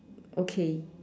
okay